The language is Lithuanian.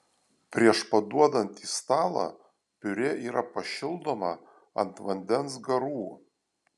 prieš paduodant į stalą piurė yra pašildoma ant vandens garų